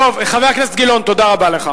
חבר הכנסת גילאון, תודה רבה לך.